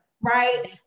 right